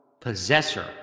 Possessor